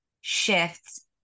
shifts